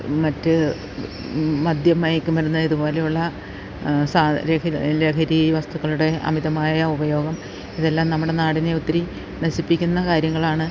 മറ്റ് മധ്യ മയക്ക് മരുന്ന് ഇതുപോലെയുള്ള സാ ലഹരി വസ്തുക്കളുടെ അമിതമായ ഉപയോഗം ഇതെല്ലാം നമ്മുടെ നാടിനെ ഒത്തിരി നശിപ്പിക്കുന്ന കാര്യങ്ങളാണ്